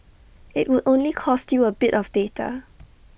IT would only cost you A bit of data